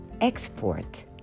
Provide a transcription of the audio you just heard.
export